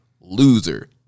Loser